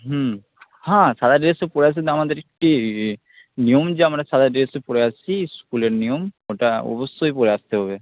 হুম হ্যাঁ সাদা ড্রেসও পরে আসুক না আমাদের একটি নিয়ম যে আমরা সাদা ড্রেস পরে আসছি স্কুলের নিয়ম ওটা অবশ্যই পরে আসতে হবে